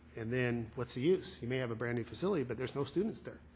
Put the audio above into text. and then what's the use. you may have a brand new facility, but there's no students there.